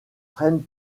prennent